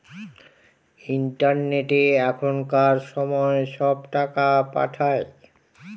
ইন্টারনেটে এখনকার সময় সব টাকা পাঠায়